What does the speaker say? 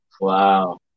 Wow